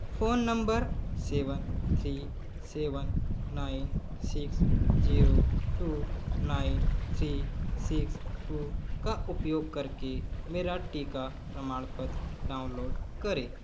phone number seven three seven nine six zero two nine three six two का उपयोग करके मेरा टीका प्रमाण पत्र डाउनलोड करें